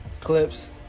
Clips